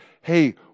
hey